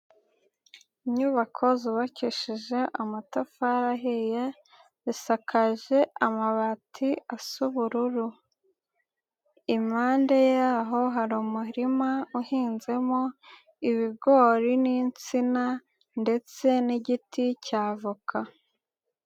Inyubako zubakishije amatafari ahiye, zisakaje amabati asa ubururu, impande yaho hari umurima uhinzemo ibigori n'insina ndetse n'igiti cya avoka.